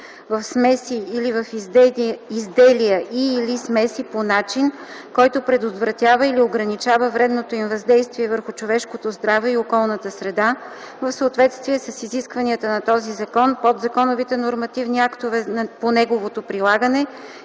в смеси или в изделия и/или смеси по начин, който предотвратява или ограничава вредното им въздействие върху човешкото здраве и околната среда в съответствие с изискванията на този закон, подзаконовите нормативни актове по неговото прилагане